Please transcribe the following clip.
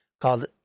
called